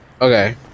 Okay